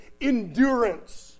endurance